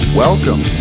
Welcome